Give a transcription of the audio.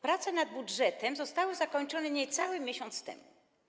Prace nad budżetem zostały zakończone niecały miesiąc temu.